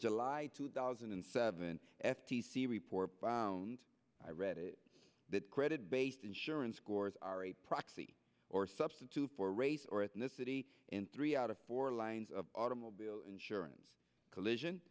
july two thousand and seven f t c report found i read it that credit based insurance courts are a proxy or substitute for race or ethnicity in three out of four lines of automobile insurance collision